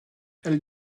elle